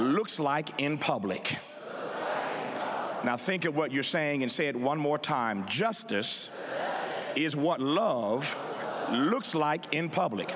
looks like in public now think it what you're saying and say it one more time justice is what looks like in public